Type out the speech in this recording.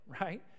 right